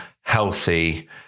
healthy